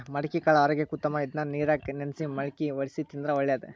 ಮಡಿಕಿಕಾಳು ಆರೋಗ್ಯಕ್ಕ ಉತ್ತಮ ಇದ್ನಾ ನೇರಾಗ ನೆನ್ಸಿ ಮಳ್ಕಿ ವಡ್ಸಿ ತಿಂದ್ರ ಒಳ್ಳೇದ